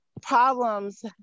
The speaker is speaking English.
problems